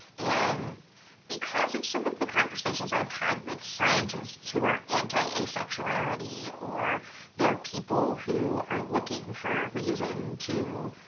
and because of some of the conversations i've had with scientists who are anti-asexuality or they're people who are looking for a reason to,